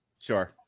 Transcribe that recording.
Sure